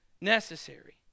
necessary